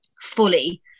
fully